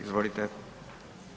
Izvolite.